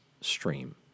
stream